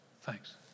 Thanks